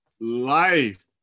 life